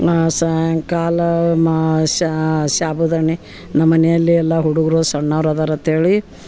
ಸಾಯಂಕಾಲ ಮಾ ಸಾಬುದಣ್ಣಿ ನಮ್ಮ ಮನೆಯಲ್ಲಿ ಎಲ್ಲ ಹುಡುಗರು ಸಣ್ಣವ್ರು ಅದಾರೆ ಅಂತ್ಹೇಳಿ